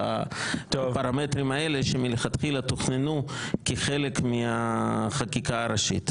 -- בפרמטרים האלה שמלכתחילה תוכננו כחלק מהחקיקה הראשית.